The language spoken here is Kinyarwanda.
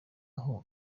aho